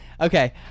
Okay